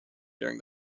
during